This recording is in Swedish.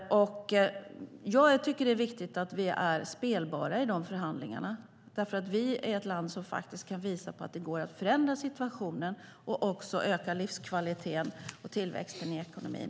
Jag tycker att det är viktigt att vi är spelbara i de förhandlingarna, eftersom vi är ett land som kan visa på att det går att förändra situationen och också öka livskvaliteten och tillväxten i ekonomin.